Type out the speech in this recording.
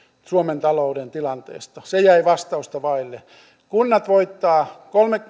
suomen talouden tilanteesta tämä jäi vastausta vaille kunnat voittavat